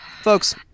Folks